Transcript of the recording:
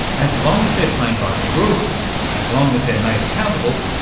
as long as they're playing by the rules, as long as they're made accountable,